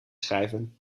schrijven